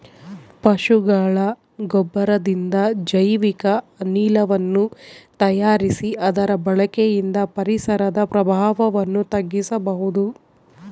ಪಶುಗಳ ಗೊಬ್ಬರದಿಂದ ಜೈವಿಕ ಅನಿಲವನ್ನು ತಯಾರಿಸಿ ಅದರ ಬಳಕೆಯಿಂದ ಪರಿಸರದ ಪ್ರಭಾವವನ್ನು ತಗ್ಗಿಸಬಹುದು